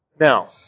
Now